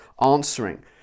answering